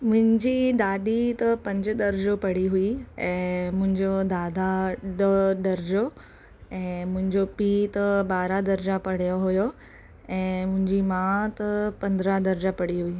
मुंहिंजी दादी त पंज दर्जो पढ़ी हुई ऐं मुंहिंजो दादा ॾह दर्जो ऐं मुंहिंजो पीउ त ॿारा दर्जा पढ़ियो हुओ ऐं मुंहिंजी माउ त पंद्रहं दर्जा पढ़ी हुई